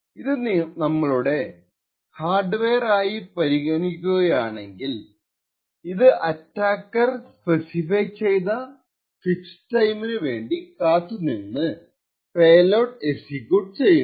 ഇത് നമ്മളുടെ ഹാർഡ്വെയർ ആയി പരിഗണിക്കുവാണെങ്കിൽ ഇത് അറ്റാക്കർ സ്പെസിഫൈ ചെയ്ത ഫിക്സ് ടൈം ന് വേണ്ടി കാത്തുനിന്ന് പെലോഡ് എക്സിക്യൂട്ട് ചെയ്യുന്നു